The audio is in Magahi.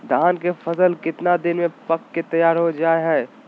धान के फसल कितना दिन में पक के तैयार हो जा हाय?